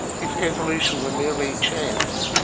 if evolution were merely chance,